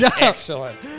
Excellent